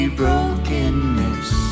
brokenness